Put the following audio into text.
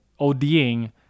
ODing